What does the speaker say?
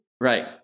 Right